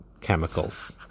chemicals